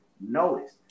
notice